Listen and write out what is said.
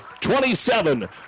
27